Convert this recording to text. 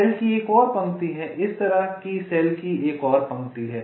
cell की एक और पंक्ति है इस तरह की सेल की एक और पंक्ति है